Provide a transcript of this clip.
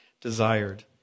desired